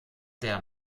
der